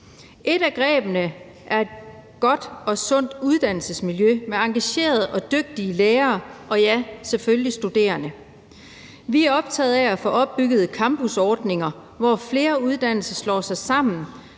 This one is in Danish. Et af grebene er et godt og sundt uddannelsesmiljø med engagerede og dygtige lærere og selvfølgelig også studerende. Vi er optagede af at få opbygget campusordninger, hvor flere uddannelser slår sig sammen